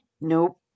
Nope